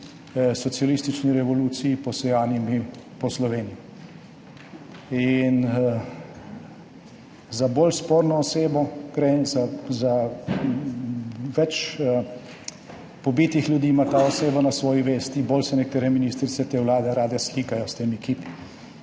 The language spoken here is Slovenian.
socialistični revoluciji, posejanimi po Sloveniji. In gre za bolj sporno osebo. Več pobitih ljudi ima ta oseba na svoji vesti, bolj se nekatere ministrice te vlade rade slikajo s temi kipi.